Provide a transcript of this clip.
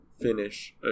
finish